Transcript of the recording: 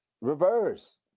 reverse